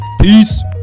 Peace